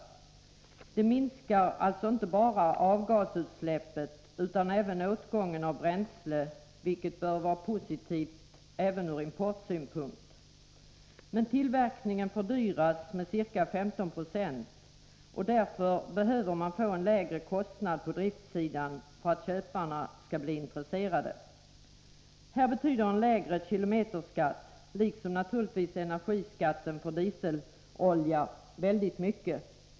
Systemet minskar alltså inte bara avgasutsläppet utan även åtgången av bränsle, vilket bör vara positivt också ur importsynpunkt. Tillverkningen fördyras emellertid med ca 15 90. Därför behövs en lägre kostnad på driftssidan för att köparna skall bli intresserade. Här betyder en lägre kilometerskatt, liksom naturligtvis energiskatten på dieselolja, väldigt mycket.